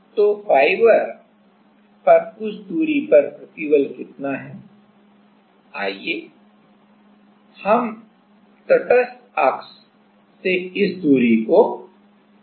तो फाइबर पर कुछ दूरी पर प्रतिबल कितना आइए हम तटस्थ अक्ष से इस दूरी को Z कहें